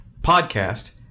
podcast